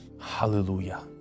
Hallelujah